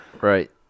right